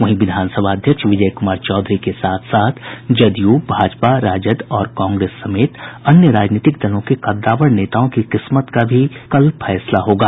वहीं विधानसभा अध्यक्ष विजय कुमार चौधरी के साथ साथ जदयू भाजपा राजद और कांग्रेस समेत अन्य राजनीतिक दलों के कददावर नेताओं की किस्मत भी कल तय हो जायेगी